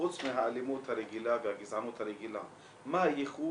חוץ מהאלימות הרגילה והגזענות הרגילה מה הייחוד?